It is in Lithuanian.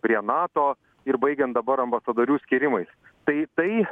prie nato ir baigiant dabar ambasadorių skyrimais tai tai